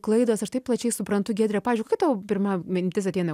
klaidos aš taip plačiai suprantu giedrė pavyzdžiui kokia tau pirma mintis ateina